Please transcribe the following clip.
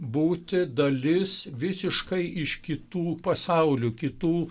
būti dalis visiškai iš kitų pasaulių kitų